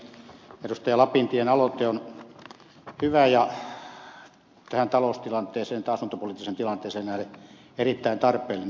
lapintien aloite on hyvä ja tähän taloustilanteeseen tähän asuntopoliittiseen tilanteeseen nähden erittäin tarpeellinen